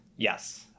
Yes